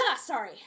Sorry